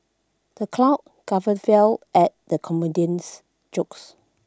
the crowd guffawed fill at the comedian's jokes